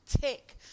tick